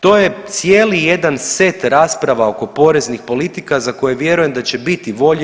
To je cijeli jedan set rasprava oko poreznih politika za koje vjerujem da će biti volje.